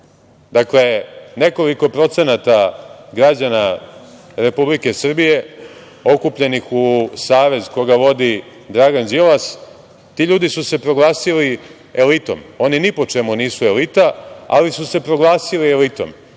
Dakle, nekoliko procenata građana Republike Srbije okupljenih u savez koga vodi Dragan Đilas, ti ljudi su se proglasili elitom. Oni ni po čemu nisu elita, ali su se proglasili elitom